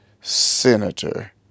Senator